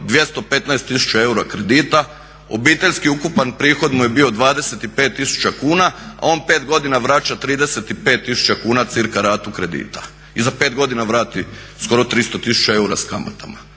215 tisuća eura kredita. Obiteljski ukupan prihod mu je bio 25 tisuća kuna a on 5 godina vraća 35 tisuća kuna cca. ratu kredita. I za 5 godina vrati skoro 300 tisuća eura sa kamatama.